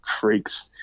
freaks